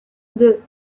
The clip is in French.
deux